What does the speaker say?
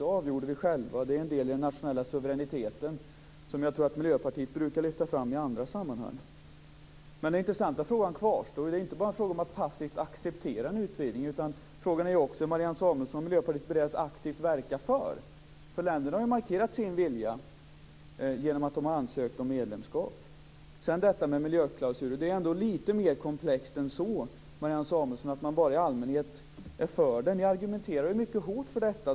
Det avgjorde vi själva, och det är en del i den nationella suveräniteten som jag tror att Miljöpartiet brukar lyfta fram i andra sammanhang. Men den intressanta frågan kvarstår. Det är inte bara fråga om att passivt acceptera en utvidgning. Frågan är också om Marianne Samuelsson och Miljöpartiet är beredda att aktivt verka för den, för länderna har ju markerat sin vilja genom att de har ansökt om medlemskap. Sedan detta med miljöklausuler. Det är ändå lite mer komplext än så, Marianne Samuelsson, att man bara i allmänhet är för dem. Ni argumenterar ju mycket hårt för dem.